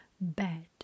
bad